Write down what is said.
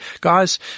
guys